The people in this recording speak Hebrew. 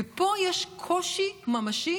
ופה יש קושי ממשי,